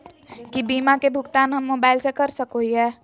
की बीमा के भुगतान हम मोबाइल से कर सको हियै?